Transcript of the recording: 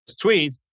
tweet